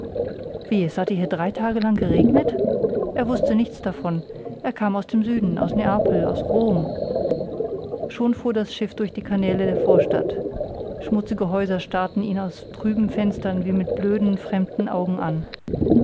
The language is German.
wie es hatte hier drei tage lang geregnet er wußte nichts davon er kam aus dem süden aus neapel aus rom schon fuhr das schiff durch die kanäle der vorstadt schmutzige häuser starrten ihn aus trüben fenstern wie mit blöden fremden augen an